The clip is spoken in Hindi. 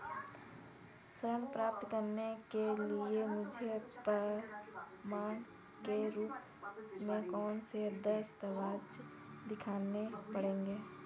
ऋण प्राप्त करने के लिए मुझे प्रमाण के रूप में कौन से दस्तावेज़ दिखाने होंगे?